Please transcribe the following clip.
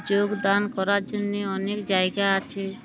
যোগদান করার জন্যে অনেক জায়গা আছে